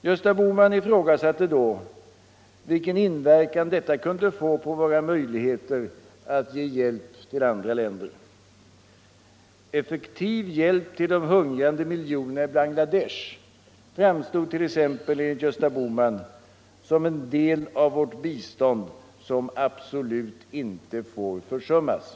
Herr Bohman ifrågasatte då vilken inverkan detta kunde få på våra möjligheter att ge hjälp till andra länder. Effektiv hjälp till de hungrande miljonerna i Bangladesh framstod enligt herr Bohman som en del av vårt bistånd som absolut inte får Nr 142 försummas.